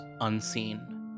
Unseen